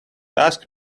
asked